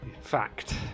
Fact